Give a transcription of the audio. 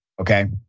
okay